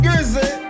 Grizzly